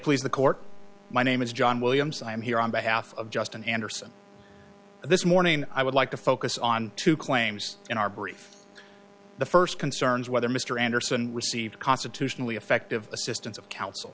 please the court my name is john williams and i am here on behalf of justin andersen this morning i would like to focus on two claims in our brief the st concerns whether mr anderson received constitutionally effective assistance of coun